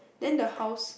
then the house